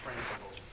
principles